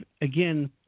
again